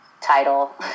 title